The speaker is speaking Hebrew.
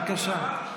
בבקשה,